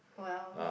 !wow!